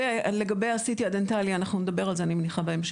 לגבי ה-CT הדנטלי אנחנו נדבר על זה בהמשך,